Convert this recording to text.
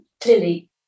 clearly